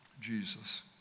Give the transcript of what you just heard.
Jesus